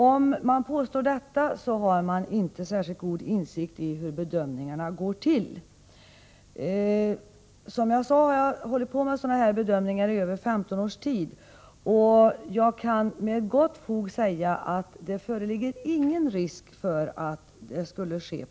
Om man påstår det har man inte särskilt god insikt i hur bedömningarna görs. Som jag sade, har jag hållit på med sådana här bedömningar i över 15 års tid, och jag kan med gott fog säga att det inte föreligger någon risk för att bidragen minskas.